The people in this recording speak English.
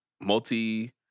multi